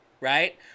right